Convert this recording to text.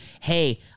hey